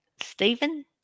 Stephen